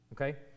Okay